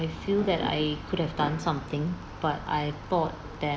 feel that I could have done something but I thought that